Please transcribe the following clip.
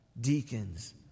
deacons